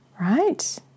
Right